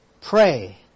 pray